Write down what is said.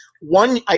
one